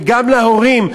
וגם להורים,